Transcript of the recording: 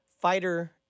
fighter